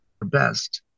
best